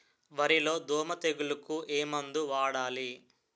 వరిలో దోమ తెగులుకు ఏమందు వాడాలి?